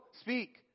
speak